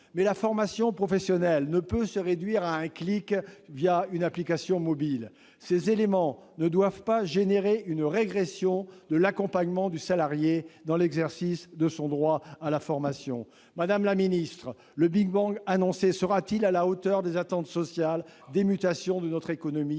Mais la formation professionnelle ne peut se réduire à « un clic » une application mobile. Ces éléments ne doivent pas entraîner une régression de l'accompagnement du salarié dans l'exercice de son droit à la formation. Madame la ministre, le big-bang annoncé sera-t-il à la hauteur des attentes sociales et des mutations de notre économie